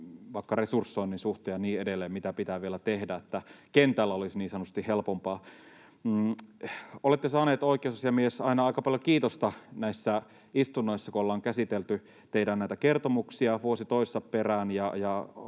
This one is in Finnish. vaikka resursoinnin suhteen ja niin edelleen siihen, mitä pitää vielä tehdä, että niin sanotusti kentällä olisi helpompaa. Olette saanut, oikeusasiamies, aina aika paljon kiitosta näissä istunnoissa, kun ollaan käsitelty näitä teidän kertomuksianne vuosi toisensa perään,